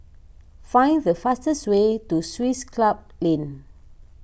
find the fastest way to Swiss Club Lane